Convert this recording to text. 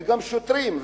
וגם שוטרים,